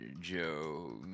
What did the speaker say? Joe